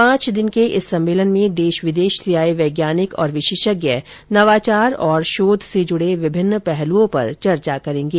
पांच दिन के इस सम्मेलन में देश विदेश से आए वैज्ञानिक और विशेषज्ञ नवाचार और शोध से जुड़े विभिन्न पहलुओं पर चर्चा करेंगे